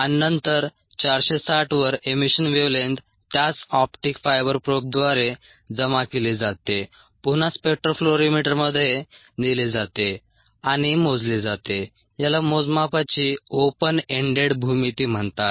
आणि नंतर 460 वर एमीशन वेव्हलेंग्थ त्याच ऑप्टिक फायबर प्रोबद्वारे जमा केली जाते पुन्हा स्पेक्ट्रो फ्लोरिमीटरमध्ये नेली जाते आणि मोजली जाते याला मोजमापाची ओपन एंडेड भूमिती म्हणतात